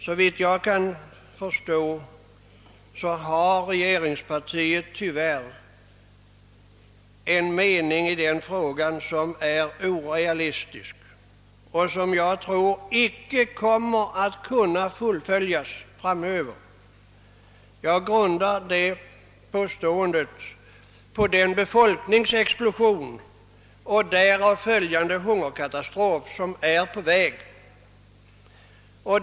Såvitt jag kan förstå har regeringspartiet tyvärr i denna fråga en uppfattning som är orealistisk och som jag icke tror kommer att kunna fullföljas framöver. Jag grundar detta påstående på den befolkningsexplosion och de därav följande hungerkatastrofer som är på väg.